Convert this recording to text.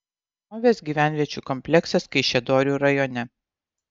senovės gyvenviečių kompleksas kaišiadorių rajone